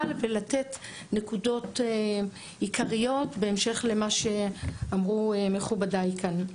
ולתת נקודות עיקריות בהמשך למה שאמרו מכובדיי כאן.